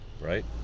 right